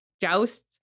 joust